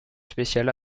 spéciales